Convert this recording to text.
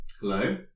Hello